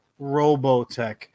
Robotech